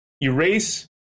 Erase